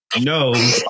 No